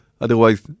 Otherwise